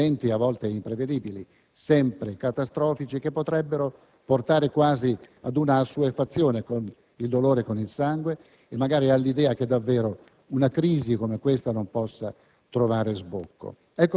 ad eventi a volte imprevedibili, ma sempre catastrofici, che potrebbero portare quasi ad un'assuefazione al dolore, al sangue e magari all'idea che una crisi come questa non possa trovare sbocco.